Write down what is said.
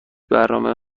برنامه